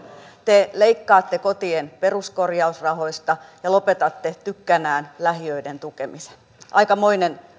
te leikkaatte kotien peruskorjausrahoista ja lopetatte tykkänään lähiöiden tukemisen aikamoinen